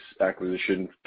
acquisition